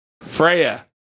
Freya